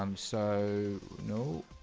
um so no,